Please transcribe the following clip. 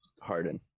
harden